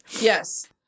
yes